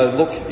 look